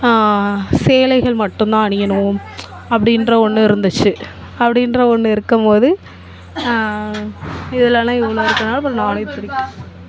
சேலைகள் மட்டும் தான் அணியணும் அப்படின்ற ஒன்று இருந்துச்சு அப்படின்ற ஒன்று இருக்கும்போது இதெலலாம் இவ்வளோ இருக்கனால்